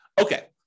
okay